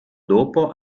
dopo